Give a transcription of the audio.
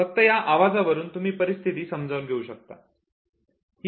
फक्त या आवाजावरून तुम्ही परिस्थिती समजून घेऊ शकतात